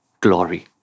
glory